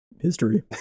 history